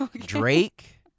Drake-